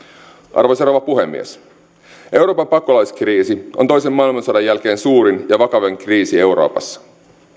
arvoisa rouva puhemies euroopan pakolaiskriisi on toisen maailmansodan jälkeen suurin ja vakavin kriisi euroopassa